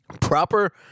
Proper